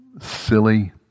silly